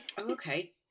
okay